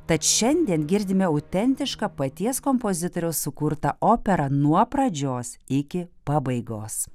tad šiandien girdime autentišką paties kompozitoriaus sukurtą operą nuo pradžios iki pabaigos